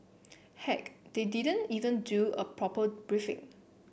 heck they didn't even do a proper briefing